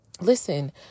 Listen